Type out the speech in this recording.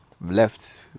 left